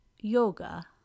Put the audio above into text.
yoga